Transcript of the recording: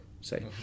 say